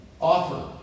Offer